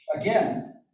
again